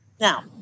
Now